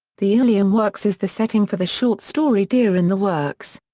the ilium works is the setting for the short story deer in the works.